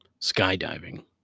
skydiving